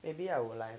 maybe I will like